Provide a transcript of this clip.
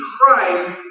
Christ